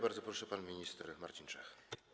Bardzo proszę, pan minister Marcin Czech.